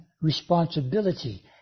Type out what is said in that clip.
responsibility